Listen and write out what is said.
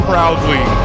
proudly